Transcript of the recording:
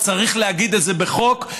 וצריך להגיד את זה בחוק,